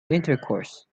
intercourse